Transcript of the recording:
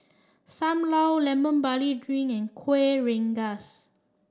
Sam Lau Lemon Barley Drink and Kuih Rengas